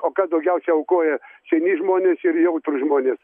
o kas daugiausiai aukoja seni žmonės ir jautrūs žmonės